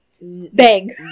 Bang